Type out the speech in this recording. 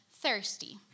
thirsty